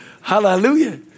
hallelujah